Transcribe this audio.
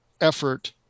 effort